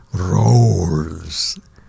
rolls